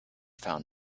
found